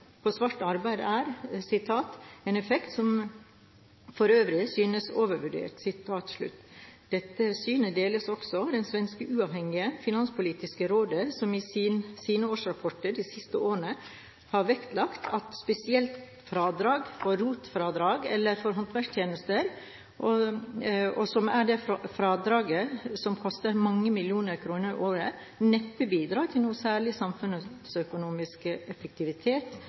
på svart arbeid: «En effekt som for øvrig synes overvurdert.» Dette synet deles også av det svenske uavhengige finanspolitiske rådet, som i sine årsrapporter de siste årene har vektlagt at spesielt ROT-fradrag, eller fradrag for håndverkstjenester, som er det fradraget som koster mange millioner kroner i året, neppe bidrar til noe særlig samfunnsøkonomisk effektivitet